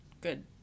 Good